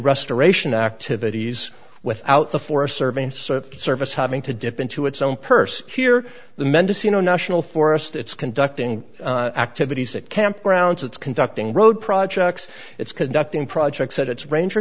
restoration activities without the forest service service having to dip into its own purse here the mendocino national forest it's conducting activities that campgrounds it's conducting road projects it's conducting projects at its ranger